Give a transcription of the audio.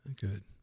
Good